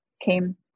came